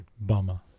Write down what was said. Bummer